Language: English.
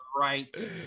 right